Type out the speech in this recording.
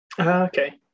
Okay